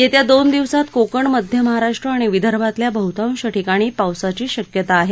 येत्या दोन दिवसात कोकण मध्य महाराष्ट्र आणि विदर्भातल्या बहृतांश ठिकाणी पावसाची शक्यता आहे